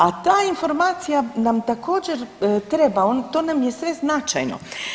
A ta informacija nam također treba, to nam je sve značajno.